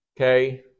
okay